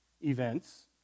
events